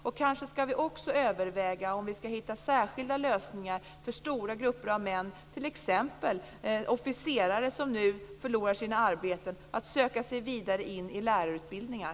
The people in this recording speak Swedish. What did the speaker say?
Vi kanske också skall överväga särskilda lösningar för stora grupper av män, t.ex. att officerare som nu förlorar sina arbeten skall söka sig vidare till lärarutbildningar.